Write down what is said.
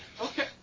Okay